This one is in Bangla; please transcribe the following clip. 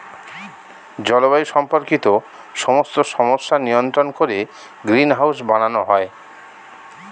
জলবায়ু সম্পর্কিত সমস্ত সমস্যা নিয়ন্ত্রণ করে গ্রিনহাউস বানানো হয়